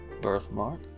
birthmark